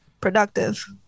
productive